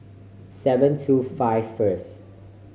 seven two five first